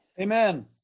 Amen